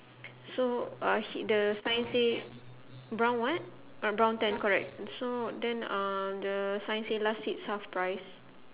so uh h~ the sign say brown what uh brown tent correct so then uh the sign say last seats half price